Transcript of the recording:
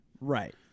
Right